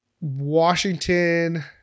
Washington